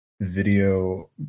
video